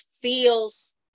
feels